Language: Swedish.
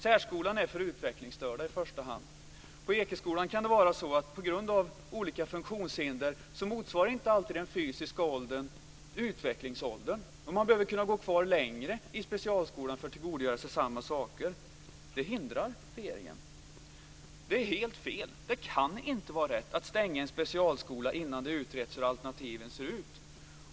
Särskolan är i första hand för utvecklingsstörda. När det gäller Ekeskolan motsvarar inte alltid barnens fysiska ålder utvecklingsåldern, på grund av olika funktionshinder. De kan behöva gå kvar längre i specialskolan för att tillgodogöra sig samma saker. Det hindrar regeringen. Det är helt fel. Det kan inte vara rätt att stänga en specialskola innan det har utretts hur alternativen ser ut.